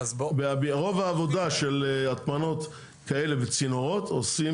רוב העבודה של הטמנות כאלה וצינורות עושים